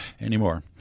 anymore